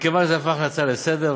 מכיוון שזה הפך להצעה לסדר-היום,